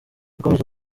yakomeje